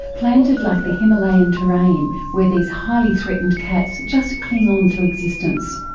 planted like the himalayan terrain, where these highly threatened cats just cling onto existence.